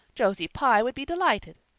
josie pye would be delighted.